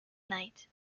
night